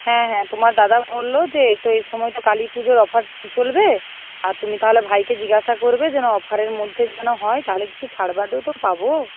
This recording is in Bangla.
হ্যাঁ হ্যাঁ তোমার দাদা বলল যে এই তো এই সময় তো কালীপুজোর অফার চলবে আর তুমি তাহলে ভাইকে জিজ্ঞাসা করবে যেন অফারের মধ্যে যেন হয় তাহলে কিছু ছাড় বাদও তো পাব